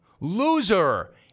Loser